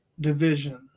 Division